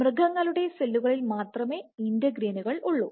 മൃഗങ്ങളുടെ സെല്ലുകളിൽ മാത്രമേ ഇന്റഗ്രിനുകൾ ഉള്ളൂ